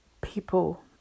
people